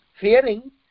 Fearing